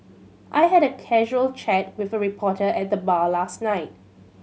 I had a casual chat with a reporter at the bar last night